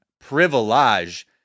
privilege